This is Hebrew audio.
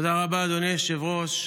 תודה רבה, אדוני היושב-ראש.